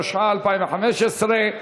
התשע"ה 2015,